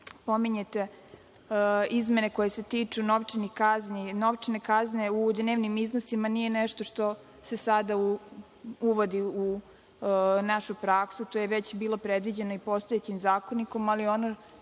pominjete izmene koje se tiču novčanih kazni. Novčane kazne u dnevnim iznosima nije nešto što se sada uvodi u našu praksu. To je već bilo predviđeno i postojećim Zakonikom, ali ono